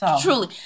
Truly